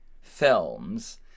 films